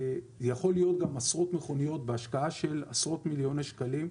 אלה יכולות להיות גם עשרות מכוניות בהשקעה של עשרות מיליוני שקלים.